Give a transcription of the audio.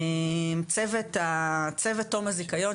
צוות תום הזיכיון,